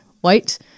white